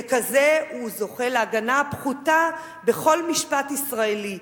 ככזה, הוא זוכה להגנה פחותה במשפט הישראלי.